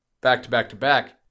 back-to-back-to-back